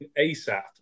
ASAP